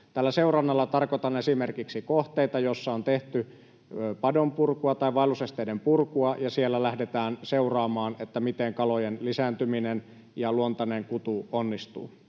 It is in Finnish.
Tällä seurannalla tarkoitan esimerkiksi kohteita, joissa on tehty vaellusesteiden purkua. Siellä lähdetään seuraamaan, miten kalojen lisääntyminen ja luontainen kutu onnistuvat.